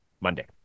Monday